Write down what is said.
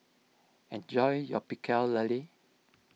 enjoy your Pecel Lele